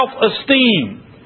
self-esteem